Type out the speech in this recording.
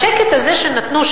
בשקט הזה שנתנו,